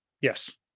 yes